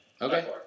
Okay